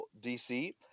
DC